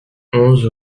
onze